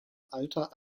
alter